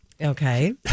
Okay